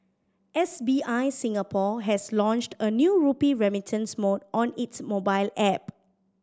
S B I Singapore has launched a new rupee remittance mode on its mobile app